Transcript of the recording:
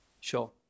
Sure